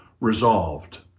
resolved